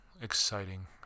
exciting